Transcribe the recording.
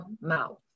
mouth